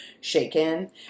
shaken